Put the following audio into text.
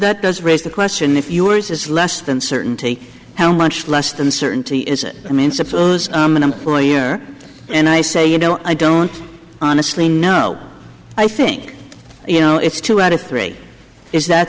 that does raise the question if yours is less than certainty how much less than certainty is it i mean suppose i'm an employer and i say you know i don't honestly know i think you know it's two out of three is that